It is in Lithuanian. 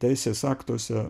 teisės aktuose